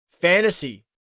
fantasy